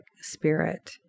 spirit